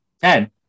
Ten